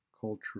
culture